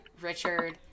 Richard